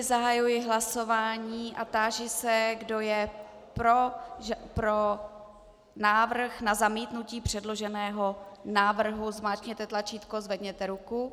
Zahajuji hlasování a táži se, kdo je pro návrh na zamítnutí předloženého návrhu, zmáčkněte tlačítko a zvedněte ruku.